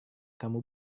kamu